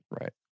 Right